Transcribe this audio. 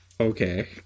Okay